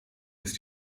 ist